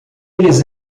eles